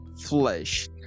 flesh